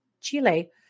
Chile